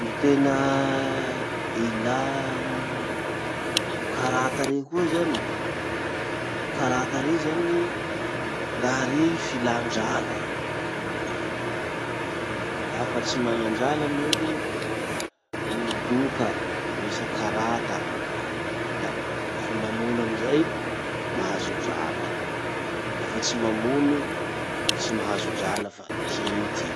Gny tena ilà gny karata rey koa zany. Karata rey zany, raha rey filan-drala, lafa tsy manan-drala n'olo miloka mihisa karata, da lafa mamono amizay mahazo drala, lafa tsy mamono tsy mahazo drala fa kinty.